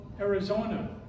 Arizona